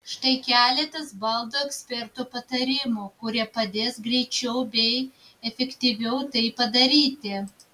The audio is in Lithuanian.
štai keletas baldų eksperto patarimų kurie padės greičiau bei efektyviau tai padaryti